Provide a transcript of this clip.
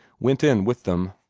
went in with them.